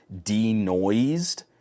denoised